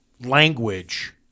language